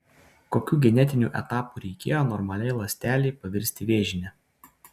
kokių genetinių etapų reikėjo normaliai ląstelei pavirsti vėžine